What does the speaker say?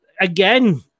again